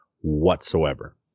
whatsoever